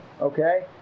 okay